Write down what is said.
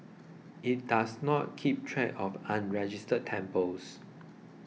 it does not keep track of unregistered temples